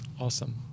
Awesome